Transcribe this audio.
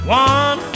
one